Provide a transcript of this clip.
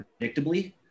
predictably